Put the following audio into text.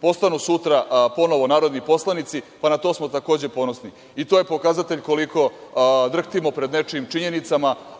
postanu sutra ponovo narodni poslanici, pa na to smo takođe ponosni. I to je pokazatelj koliko drhtimo pred nečijim činjenicama,